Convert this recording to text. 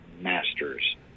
masters